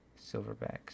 Silverbacks